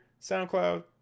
soundcloud